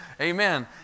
Amen